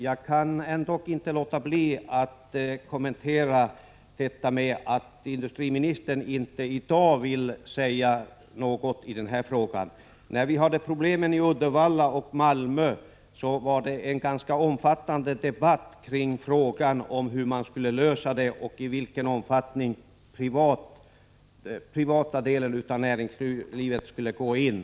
Jag kan inte låta bli att kommentera detta att industriministern inte i dag vill säga något i den här frågan. När vi hade problem i Uddevalla och Malmö var det en ganska omfattande debatt kring frågan om hur det hela skulle lösas och i vilken omfattning privata delar av näringslivet skulle gå in. Prot.